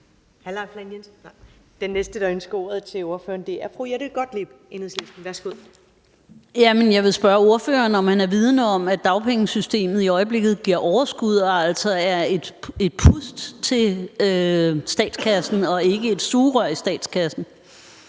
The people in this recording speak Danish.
Enhedslisten. Værsgo. Kl. 15:40 Jette Gottlieb (EL): Jeg vil spørge ordføreren, om han er vidende om, at dagpengesystemet i øjeblikket giver overskud og altså er et pust til statskassen og ikke et sugerør i statskassen.